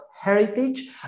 heritage